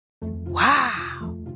Wow